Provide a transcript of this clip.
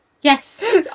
yes